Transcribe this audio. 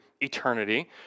eternity